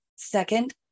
Second